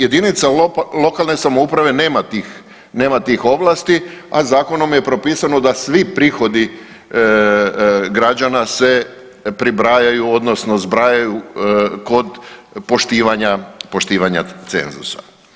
Jedinica lokalne samouprave nema tih ovlasti, a zakonom je propisano da svi prihodi građana se pribrajaju odnosno zbrajaju kod poštivanja cenzusa.